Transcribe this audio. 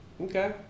Okay